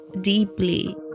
deeply